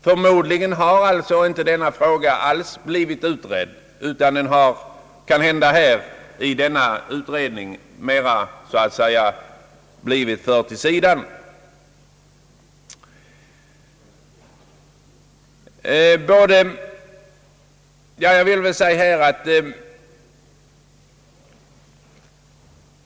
Förmodligen har denna fråga inte alls blivit utredd, utan den har kanhända så att säga blivit förd åt sidan.